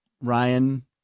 Ryan